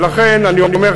ולכן אני אומר,